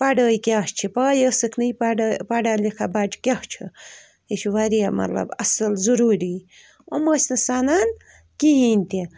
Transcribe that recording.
پَڑٲے کیٛاہ چھِ پَے ٲسٕکۍ نہٕ یہِ پَڑٲے پَڑا لِکھا بچہِ کیٛاہ چھُ یہِ چھُ وارِیاہ مطلب اَصٕل ضروٗری یِم ٲسۍ نہٕ سَنان کِہیٖنٛۍ تہِ